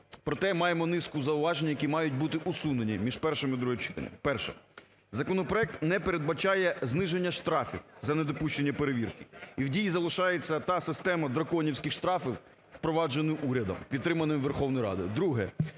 Проте, маємо низку зауважень, які мають бути усунені між першим і другим читанням. Перше. Законопроект не передбачає зниження штрафів за недопущення перевірки. І в дії залишається та система "драконівських" штрафів, впроваджена урядом, підтримана Верховною Радою.